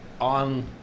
on